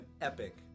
epic